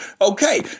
Okay